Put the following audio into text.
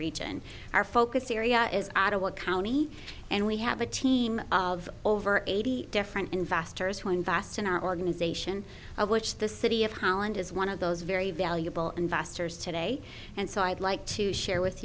region our focus area is ottawa county and we have a team of over eighty different investors who invest in our organization which the city of holland is one of those very valuable investors today and so i'd like to share with